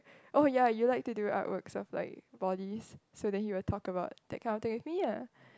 oh ya you like to do art works of like bodies so then he will talk about that kind of thing with me lah